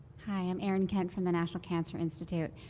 hi, um erin kent from the national cancer institute.